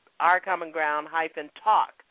ourcommonground-talk